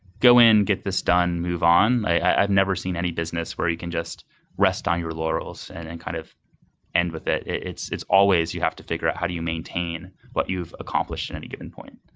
go in, get this done, move on. i've never seen any business where you can just rest on your laurels and and kind of end with it. it's it's always you have to figure out how do you maintain what you've accomplished at any given point.